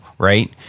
right